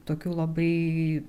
tokių labai